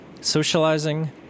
Socializing